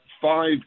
five